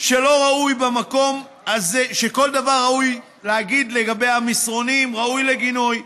שכל דבר שראוי להגיד לגבי המסרונים, ראוי לגינוי,